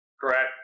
Correct